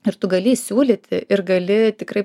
ir tu gali įsiūlyti ir gali tikrai